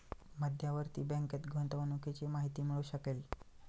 मध्यवर्ती बँकेत गुंतवणुकीची माहिती मिळू शकेल